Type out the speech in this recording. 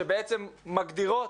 שבעצם מגדירות